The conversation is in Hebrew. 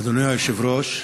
אדוני היושב-ראש,